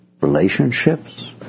relationships